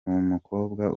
umukobwa